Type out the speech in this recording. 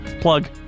Plug